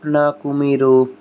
నాకు మీరు